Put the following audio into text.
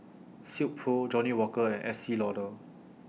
Silkpro Johnnie Walker and Estee Lauder